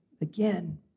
again